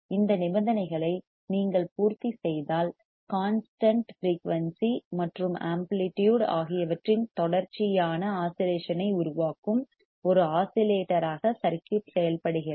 இந்த நிபந்தனைகளை நீங்கள் பூர்த்திசெய்தால் கான்ஸ்டன்ட் ஃபிரீயூன்சி மற்றும் ஆம்ப்ளிடியூட் ஆகியவற்றின் தொடர்ச்சியான ஆஸிலேஷன் ஐ உருவாக்கும் ஒரு ஆஸிலேட்டராக சர்க்யூட் செயல்படுகிறது